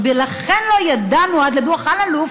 ולכן, לא ידענו עד לדוח אלאלוף